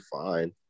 fine